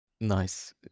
Nice